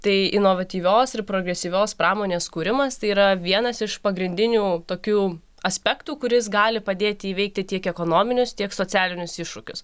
tai inovatyvios ir progresyvios pramonės kūrimas tai yra vienas iš pagrindinių tokių aspektų kuris gali padėti įveikti tiek ekonominius tiek socialinius iššūkius